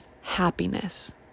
happiness